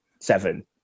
seven